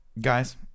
Guys